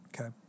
Okay